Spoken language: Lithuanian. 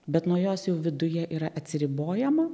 bet nuo jos jau viduje yra atsiribojama